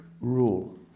rule